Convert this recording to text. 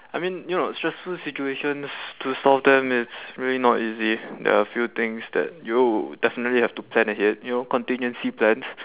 I mean you know stressful situations to solve them it's really not easy there're few things that you would definitely have to plan ahead you know contingency plans